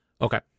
Okay